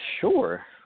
sure